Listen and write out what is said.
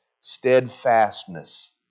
steadfastness